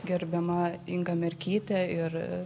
gerbiama inga merkytė ir